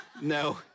No